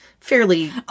fairly